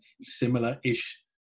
similar-ish